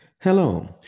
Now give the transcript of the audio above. Hello